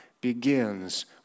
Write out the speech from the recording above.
begins